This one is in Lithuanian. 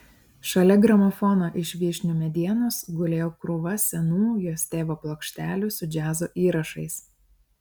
šalia gramofono iš vyšnių medienos gulėjo krūva senų jos tėvo plokštelių su džiazo įrašais